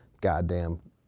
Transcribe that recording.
goddamn